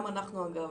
גם אנחנו אגב,